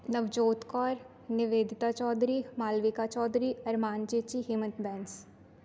Navjot Kaur Nivedita Chaudhary Malvika Chaudhary Armaan Chechi Hemant Bains